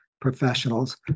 professionals